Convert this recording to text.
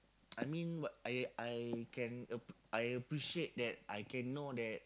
I mean what I I can ap~ I appreciate that I can know that